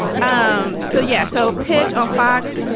um um so, yeah. so pitch on fox.